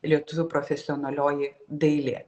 lietuvių profesionalioji dailė